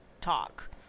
talk